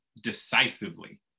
decisively